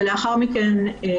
ולאכוף לאחר מכן.